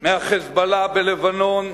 מה"חיזבאללה" בלבנון,